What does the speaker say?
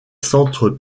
centres